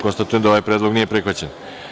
Konstatujem da ovaj predlog nije prihvaćen.